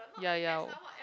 ya ya